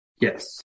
Yes